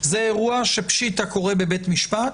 זה אירוע שפשיטא קורה בבית משפט,